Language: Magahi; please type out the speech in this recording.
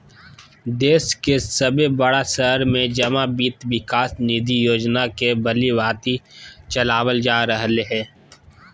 देश के सभे बड़ा शहर में जमा वित्त विकास निधि योजना के भलीभांति चलाबल जा रहले हें